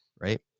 right